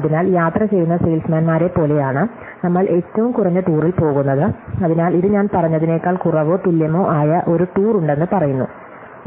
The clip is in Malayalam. അതിനാൽ യാത്ര ചെയ്യുന്ന സെയിൽസ്മാൻമാരെപ്പോലെയാണ് നമ്മൾ ഏറ്റവും കുറഞ്ഞ ടൂറിൽ പോകുന്നത് അതിനാൽ ഇത് ഞാൻ പറഞ്ഞതിനേക്കാൾ കുറവോ തുല്യമോ ആയ ഒരു ടൂർ ഉണ്ടെന്ന് പറയുന്നു